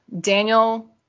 Daniel